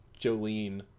Jolene